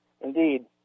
Indeed